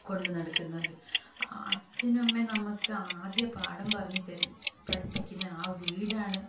കൊണ്ട് നടക്കുന്നത് അച്ഛനും അമ്മയും നമുക്ക് ആദ്യ പാഠം പറഞ്ഞ് തരും പഠിപ്പിക്കുന്ന ആ വീടാണ്